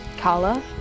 Kala